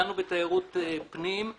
דנו בתיירות פנים,